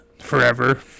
Forever